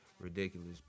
ridiculous